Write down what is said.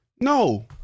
No